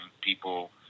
people